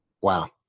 wow